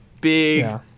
big